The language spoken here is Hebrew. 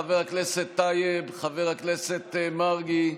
חבר הכנסת טייב, חבר הכנסת מרגי,